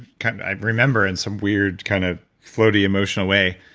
kind of i remember in some weird kind of floaty, emotional way,